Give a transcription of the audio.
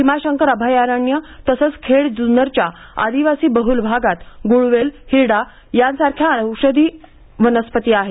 भीमाशंकर अभयारण्य तसंच खेड ज़्नरच्या आदिवासी बहुल भागात गुळवेल हिरडा या सारख्या वनौषधी आहेत